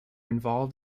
involved